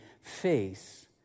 face